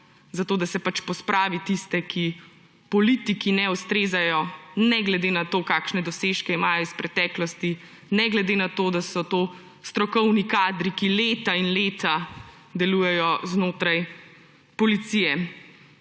zato da se pač pospravi tiste, ki politiki ne ustrezajo, ne glede na to, kakšne dosežke imajo iz preteklosti, ne glede na to, da so to strokovni kadri, ki leta in leta delujejo znotraj policije.